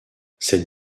cette